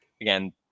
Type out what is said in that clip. again